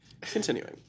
Continuing